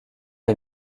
est